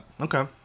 Okay